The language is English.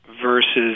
versus